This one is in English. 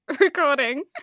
recording